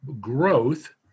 growth